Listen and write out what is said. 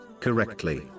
correctly